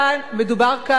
אבל הנה כצל'ה מציע אי-אמון.